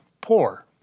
poor